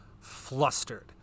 flustered